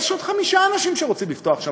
יש עוד חמישה אנשים שרוצים לפתוח שם